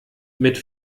mit